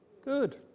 good